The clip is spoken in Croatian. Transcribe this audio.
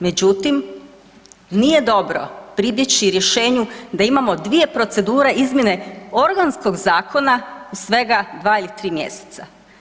Međutim, nije dobro pribjeći rješenju da imamo dvije procedure izmjene organskog zakona svega 2 ili 3 mjeseca.